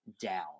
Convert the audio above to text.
down